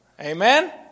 Amen